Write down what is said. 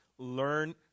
Learn